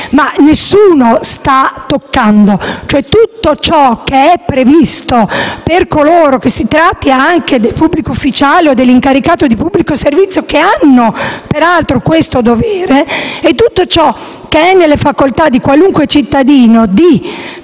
- nessuno sta toccando. Tutto ciò che è previsto per coloro che intendano denunciare - si tratti anche del pubblico ufficiale o dell'incaricato di pubblico servizio che hanno, peraltro, questo dovere - e tutto ciò che è nella facoltà di qualunque cittadino,